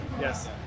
Yes